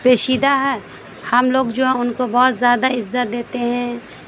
پوشیدہ ہے ہم لوگ جو ہیں ان کو بہت زیادہ عزت دیتے ہیں